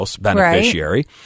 Beneficiary